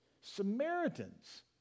Samaritans